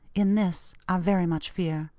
in this, i very much fear,